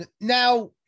Now